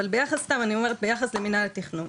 אבל ביחס למינהל התכנון,